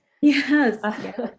Yes